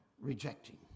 rejecting